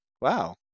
Wow